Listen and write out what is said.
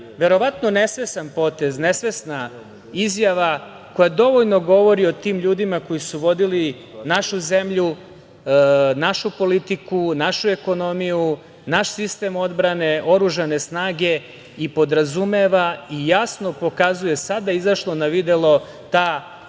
verovatno nesvestan potez, nesvesna izjava koja dovoljno govori o tim ljudima koji su vodili našu zemlju, našu politiku, našu ekonomiju, naš sistem odbrane, oružane snage i podrazumeva i jasno pokazuje, sada izašlo na videlo ta